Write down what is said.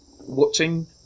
watching